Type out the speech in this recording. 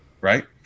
right